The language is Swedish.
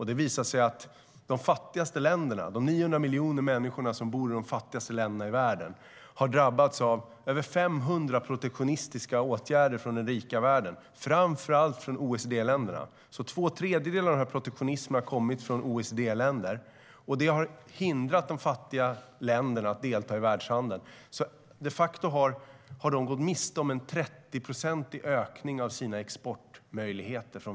Det visade sig att de 900 miljoner människorna i världens fattigaste länder har drabbats av över 500 protektionistiska åtgärder från den rika världen - framför allt från OECD-länderna, som ligger bakom två tredjedelar av denna protektionism. Det har hindrat de fattiga länderna att delta i världshandeln. De facto har de gått miste om en 30-procentig ökning av sina exportmöjligheter.